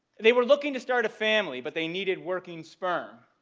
they were looking to start a family but they needed working sperm,